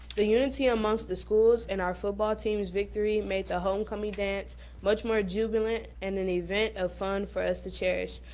the unity amongst the schools and our football team's victory made the homecoming dance much more jubilant and an event of fun for us to cherish.